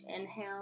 inhale